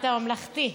אתה ממלכתי.